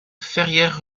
ferrières